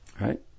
right